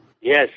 Yes